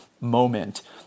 moment